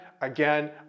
again